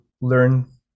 learn